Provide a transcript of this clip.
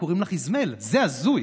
קוראים לך איזמל, זה הזוי.